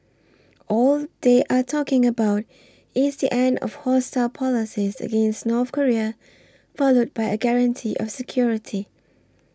all they are talking about is the end of hostile policies against North Korea followed by a guarantee of security